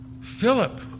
Philip